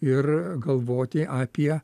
ir galvoti apie